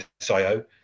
SIO